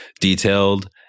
detailed